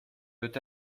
peut